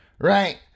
right